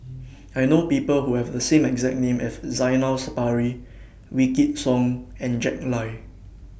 I know People Who Have The same exact name as Zainal Sapari Wykidd Song and Jack Lai